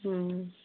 हूं